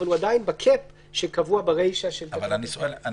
אבל הוא עדיין בקאפ שקבוע ברישה של תקנת משנה (א).